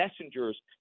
messengers